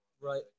Right